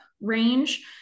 range